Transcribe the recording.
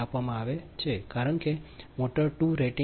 5 50 112